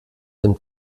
dem